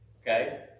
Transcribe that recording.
Okay